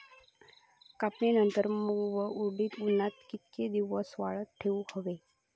कापणीनंतर मूग व उडीद उन्हात कितके दिवस वाळवत ठेवूक व्हये?